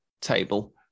table